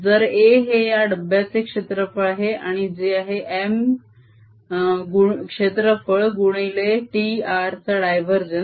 जर a हे या डब्ब्याचे क्षेत्रफळ आहे आणि जे आहे M क्षेत्रफळ गुणिले t r चा डाय वर जेन्स